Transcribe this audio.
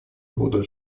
будут